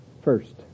first